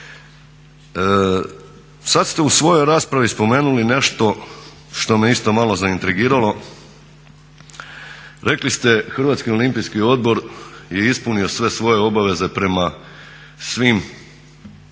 Sad ste u svojoj raspravi spomenuli nešto što me isto malo zaintrigiralo, rekli ste HOO je ispunio sve svoje obaveze prema svim nacionalnim